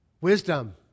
Wisdom